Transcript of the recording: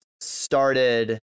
started